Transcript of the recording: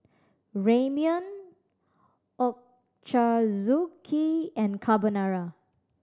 Ramyeon Ochazuke and Carbonara